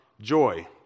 joy